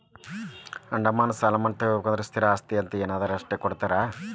ಅಡಮಾನ ಸಾಲಾನಾ ತೊಗೋಬೇಕಂದ್ರ ಸ್ಥಿರ ಆಸ್ತಿ ಅಂತ ಏನಾರ ಇದ್ರ ಅಷ್ಟ ಕೊಡ್ತಾರಾ